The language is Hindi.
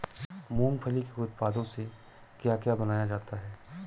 मूंगफली के उत्पादों से क्या क्या बनाया जाता है?